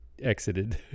Exited